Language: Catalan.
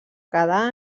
quedar